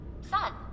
son